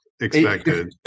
expected